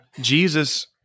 Jesus